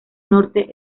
norte